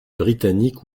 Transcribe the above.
britanniques